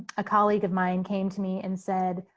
a colleague of mine came to me and said,